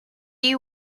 you